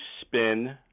spin